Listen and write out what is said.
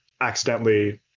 accidentally